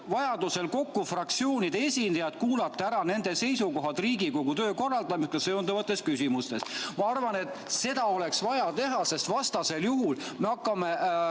vajadusel kokku fraktsioonide esindajad, et kuulata ära nende seisukohad Riigikogu töö korraldamisega seonduvates küsimustes. Ma arvan, et seda oleks vaja teha, sest vastasel juhul me hakkame